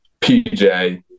pj